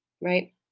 Right